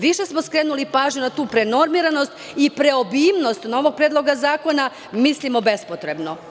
Više smo skrenuli pažnju na tu prenormiranost i preobimnost novog predloga zakona, mi mislimo bespotrebno.